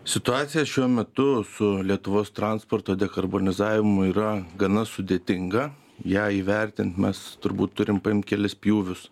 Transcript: situacija šiuo metu su lietuvos transporto dekarbonizavimu yra gana sudėtinga ją įvertint mes turbūt turim paimt kelis pjūvius